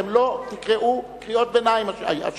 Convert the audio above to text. אתם לא תקראו קריאות ביניים השבוע.